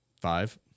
Five